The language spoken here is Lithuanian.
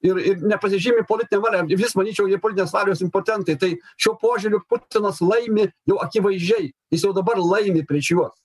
ir nepasižymi politine valia iš vis manyčiau jie politinės valios impotentai tai šiuo požiūriu putinas laimi jau akivaizdžiai jis jau dabar laimi prieš juos